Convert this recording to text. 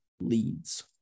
leads